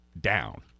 down